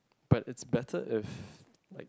but it's better if like to